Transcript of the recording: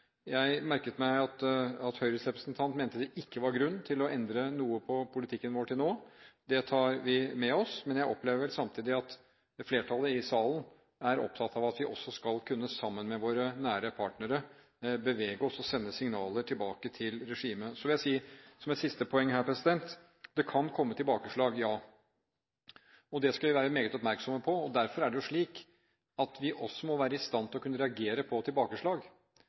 Jeg merket meg at Høyres representant mente det ikke var grunn til å endre noe på politikken vår til nå. Det tar vi med oss, men jeg opplever samtidig at flertallet i salen er opptatt av at vi også, sammen med våre nære partnere, skal kunne bevege oss og sende signaler tilbake til regimet. Så vil jeg si, som et siste poeng: Det kan komme tilbakeslag, ja, og det skal vi være meget oppmerksomme på. Derfor er det slik at vi også må være i stand til å kunne reagere på tilbakeslag.